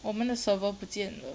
我们的 server 不见了